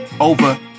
over